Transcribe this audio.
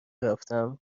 رفتم